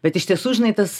bet iš tiesų žinai tas